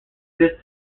this